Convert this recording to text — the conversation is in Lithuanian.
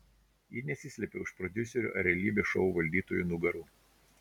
ji nesislėpė už prodiuserių ar realybės šou valdytojų nugarų